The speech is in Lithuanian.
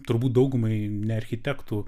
turbūt daugumai ne architektų